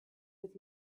with